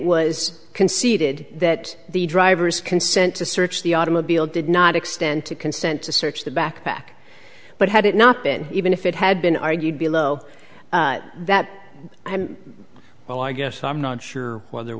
was conceded that the driver's consent to search the automobile did not extend to consent to search the backpack but had it not been even if it had been argued below that well i guess i'm not sure what ther